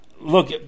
look